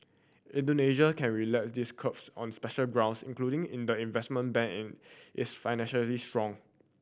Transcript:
Indonesia can relax these curbs on special grounds including in the investing bank an is financially strong